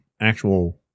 actual